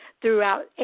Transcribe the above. Throughout